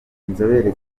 inzobere